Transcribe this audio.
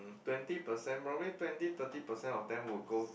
twenty percent probably twenty thirty percent of them would go to